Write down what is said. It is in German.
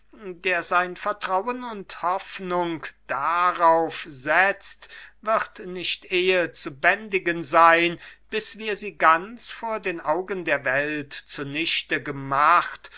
der sein vertrauen und hoffnung darauf setzt wird nicht ehe zu bändigen sein bis wir sie ganz vor den augen der welt zunichte gemacht